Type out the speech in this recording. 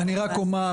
אני רק אומר,